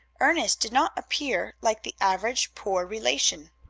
ernest did not appear like the average poor relation.